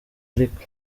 ariko